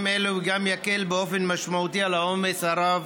אלה וגם יקל באופן משמעותי את העומס הרב